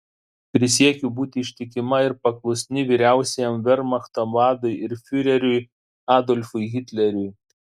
prisiekiu būti ištikima ir paklusni vyriausiajam vermachto vadui ir fiureriui adolfui hitleriui